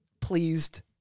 pleased